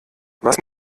was